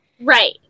Right